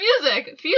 music